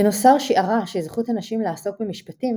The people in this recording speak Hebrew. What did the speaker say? גינוסר שיערה שזכות הנשים לעסוק במשפטים,